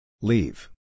Leave